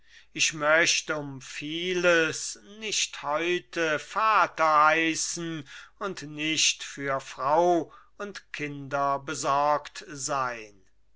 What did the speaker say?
ich möcht um vieles nicht heute vater heißen und nicht für frau und kinder besorgt sein